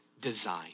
design